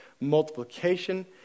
multiplication